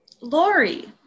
Lori